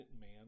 man